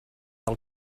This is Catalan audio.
del